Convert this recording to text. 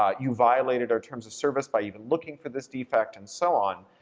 ah you violated our terms of service by even looking for this defect, and so on.